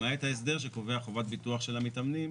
למעט ההסדר שקובע חובת ביטוח של המתאמנים,